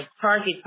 target